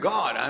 God